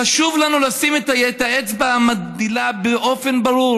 חשוב לנו לשים את האצבע המבדילה באופן ברור